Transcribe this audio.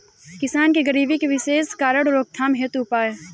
किसान के गरीबी के विशेष कारण रोकथाम हेतु उपाय?